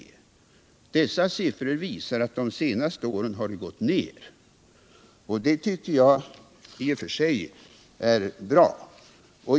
Dessa siffror visar på en nedgång de senaste åren, och det tycker jag i och för sig är bra.